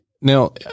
Now